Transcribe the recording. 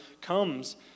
comes